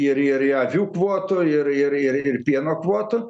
ir ir į avių kvotų ir ir ir ir pieno kvotų